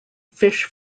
fish